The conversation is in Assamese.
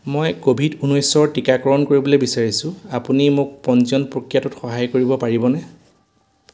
মই ক'ভিড ঊনৈছৰ টীকাকৰণ কৰিবলৈ বিচাৰিছোঁ আপুনি মোক পঞ্জীয়ন প্ৰক্ৰিয়াটোত সহায় কৰিব পাৰিবনে